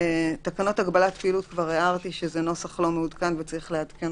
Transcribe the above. לגבי תקנות הגבלת פעילות הערתי שזה נוסח לא מעודכן שצריך לעדכן